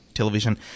Television